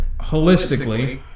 Holistically